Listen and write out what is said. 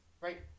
right